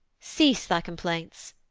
cease thy complaints,